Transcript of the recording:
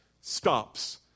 stops